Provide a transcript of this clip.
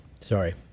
sorry